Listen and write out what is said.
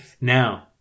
Now